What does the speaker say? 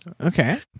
okay